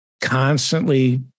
constantly